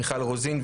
מיכל רוזין,